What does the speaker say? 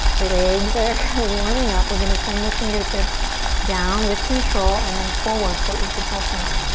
legs are warming up. we're gonna send the fingertips down with control and then forward for uttanasana.